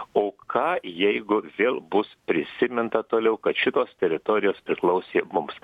o ką jeigu vėl bus prisiminta toliau kad šitos teritorijos priklausė mums